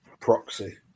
Proxy